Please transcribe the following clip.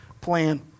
plan